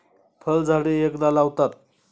फळझाडे एकदा लावतात